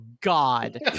god